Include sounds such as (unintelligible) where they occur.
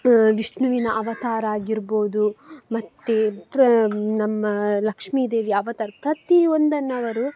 (unintelligible) ವಿಷ್ಣುವಿನ ಅವತಾರ ಆಗಿರ್ಬೋದು ಮತ್ತು (unintelligible) ನಮ್ಮ ಲಕ್ಷ್ಮಿ ದೇವಿಯ ಅವತಾರ ಪ್ರತಿಯೊಂದನ್ನು ಅವರು